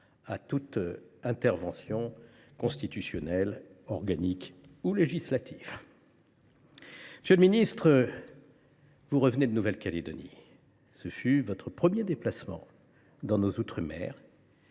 à toute intervention constitutionnelle, organique ou législative. Monsieur le ministre, vous revenez de Nouvelle Calédonie où vous avez effectué votre premier déplacement dans nos outre mer.